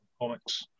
comics